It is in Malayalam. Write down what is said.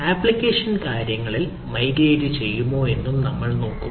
ആപ്ലിക്കേഷൻ കാര്യങ്ങളിൽ മൈഗ്രേറ്റ് ചെയ്യുമോ എന്നും നമ്മൾ നോക്കും